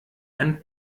and